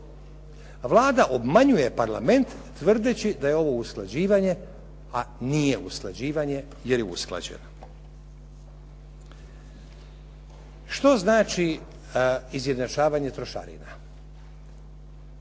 Vlada obmanjuje Parlament tvrdeći da je ovo usklađivanje, a nije usklađivanje a nije usklađivanje jer je usklađeno. Što znači izjednačavanje trošarina?